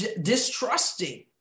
distrusting